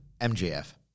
MJF